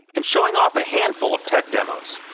and showing off a handful of tech demos.